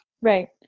Right